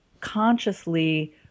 consciously